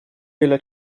della